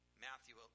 Matthew